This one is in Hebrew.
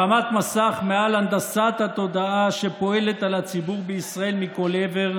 הרמת מסך מעל הנדסת התודעה שפועלת על הציבור בישראל מכל עבר,